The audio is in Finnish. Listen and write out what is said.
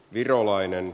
virolainen